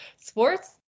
sports